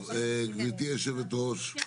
גברתי היו"ר,